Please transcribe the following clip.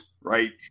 right